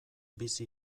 bizi